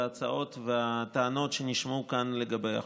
ההצעות והטענות שנשמעו כאן לגבי החוק.